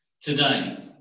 Today